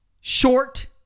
Short-